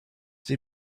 they